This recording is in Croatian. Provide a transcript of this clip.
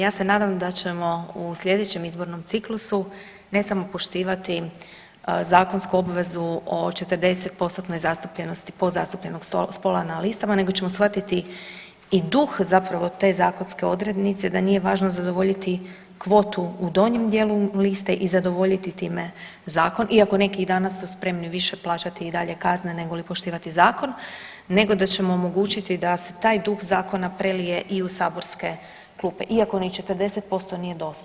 Ja se nadam da ćemo u sljedećem izbornom ciklusu ne samo poštivati zakonsku obvezu o 40%-tnoj zastupljenosti, podzastupljenog spola na listama nego ćemo shvatiti i duh zapravo te zakonske odrednice da nije važno zadovoljiti kvotu u donjem dijelu liste i zadovoljiti time zakon, iako nekih dana su spremni više plaćati i dalje kazne negoli poštivati zakon nego da ćemo omogućiti da se taj duh zakona prelije i u saborske klupa, iako ni 40% nije dosta.